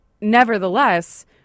Nevertheless